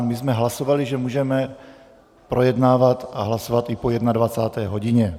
My jsme hlasovali, že můžeme projednávat a hlasovat i po 21. hodině.